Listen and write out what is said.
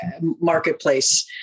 marketplace